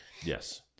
Yes